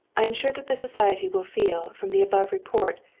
i am sure that the society will feel, from the above report,